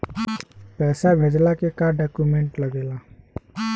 पैसा भेजला के का डॉक्यूमेंट लागेला?